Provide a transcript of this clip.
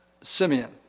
Simeon